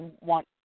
want